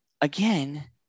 again